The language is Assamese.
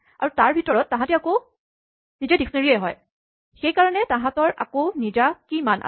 আৰু তাৰ ভিতৰত তাহাঁতি আকৌ ডিস্কনেৰীঅভিধানএই হয় সেইকাৰণে তাহাঁতৰ আকৌ নিজা কীচাবি মান আছে